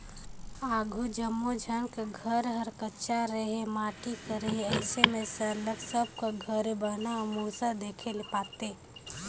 आघु जम्मो झन कर घर हर कच्चा रहें माटी कर रहे अइसे में सरलग सब कर घरे बहना अउ मूसर देखे ले पाते